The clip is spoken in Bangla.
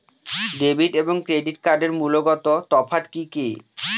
ডেবিট এবং ক্রেডিট কার্ডের মূলগত তফাত কি কী?